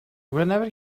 whenever